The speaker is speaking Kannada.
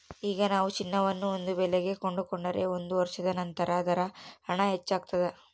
ಈಗ ನಾವು ಚಿನ್ನವನ್ನು ಒಂದು ಬೆಲೆಗೆ ಕೊಂಡುಕೊಂಡರೆ ಒಂದು ವರ್ಷದ ನಂತರ ಅದರ ಹಣ ಹೆಚ್ಚಾಗ್ತಾದ